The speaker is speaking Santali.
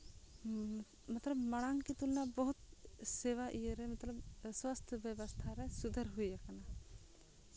ᱢᱚᱛᱞᱚᱵᱽ ᱢᱟᱲᱟᱝ ᱠᱤ ᱛᱩᱞᱚᱱᱟ ᱵᱚᱦᱚᱫ ᱥᱮᱵᱟ ᱤᱭᱟᱹᱨᱮ ᱢᱚᱛᱞᱚᱵᱽ ᱥᱟᱥᱛᱷ ᱵᱮᱵᱚᱥᱛᱷᱟ ᱨᱮ ᱥᱩᱫᱷᱟᱹᱨ ᱦᱩᱭ ᱠᱟᱱᱟ